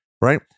right